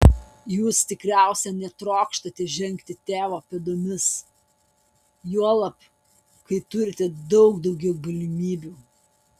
jūs tikriausiai netrokštate žengti tėvo pėdomis juolab kai turite daug daugiau galimybių